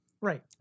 Right